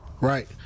right